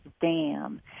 dam